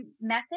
method